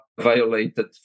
violated